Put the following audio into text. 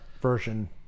version